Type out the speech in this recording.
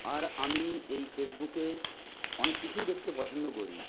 আর আমি এই ফেসবুকে অনেক কিছুই দেখতে পছন্দ করি